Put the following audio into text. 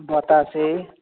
बतासे